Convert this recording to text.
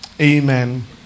Amen